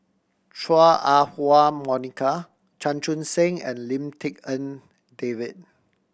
Chua Ah Huwa Monica Chan Chun Sing and Lim Tik En David